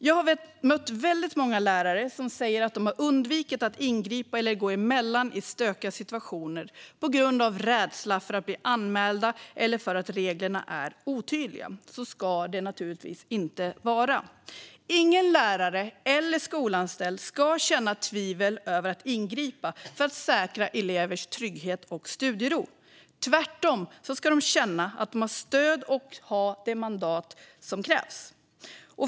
Jag har mött väldigt många lärare som säger att de har undvikit att ingripa eller gå emellan i stökiga situationer på grund av rädsla för att bli anmälda eller för att reglerna är otydliga. Så ska det naturligtvis inte vara. Ingen lärare eller skolanställd ska känna tvivel över att ingripa för att säkra elevers trygghet och studiero. Tvärtom ska de känna att de har stöd och ha det mandat som krävs.